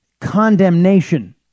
condemnation